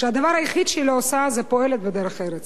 שהדבר היחיד שהיא לא עושה זה פועלת בדרך ארץ.